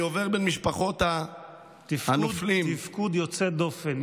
אני עובר בין משפחות הנופלים תפקוד יוצא דופן,